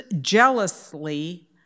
jealously